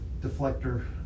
deflector